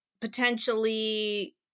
potentially